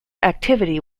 activity